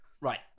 right